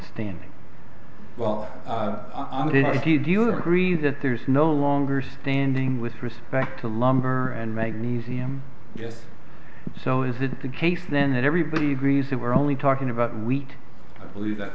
do do you agree that there's no longer standing with respect to lumber and magnesium yes so is it the case then that everybody agrees that we're only talking about wheat i believe that